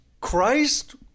Christ